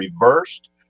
reversed